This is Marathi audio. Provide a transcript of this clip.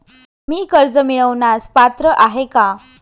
मी कर्ज मिळवण्यास पात्र आहे का?